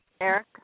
Eric